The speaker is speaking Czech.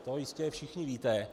To jistě všichni víte.